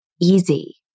easy